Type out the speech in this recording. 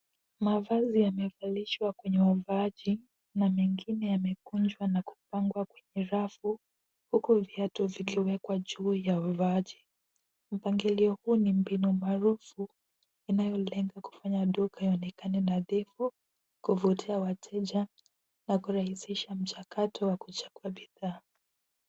Mavazi wamevalishwa kwenye wavaaji na mengine yamekunjwa na kupangwa kwenye rafu huku viatu vikiwekwa juu ya vivaaji. Mpangilio huu ni mbinu maarufu inalenga kufanya duka ionekane nadhifu, kuvutia wateja na kurahisisha mchakato wa kuchagua bidhaa.